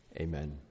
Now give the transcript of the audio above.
Amen